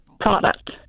product